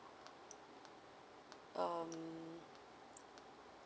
um